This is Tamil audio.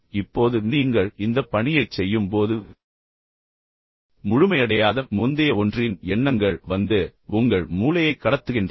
இப்போது நீங்கள் இந்தப் பணியைச் செய்யும்போது முழுமையடையாத முந்தைய ஒன்றின் எண்ணங்கள் வந்து உங்கள் மூளையை கடத்துகின்றன